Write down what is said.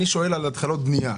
ואני שואל על התחלות בנייה.